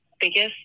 biggest